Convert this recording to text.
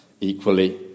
Equally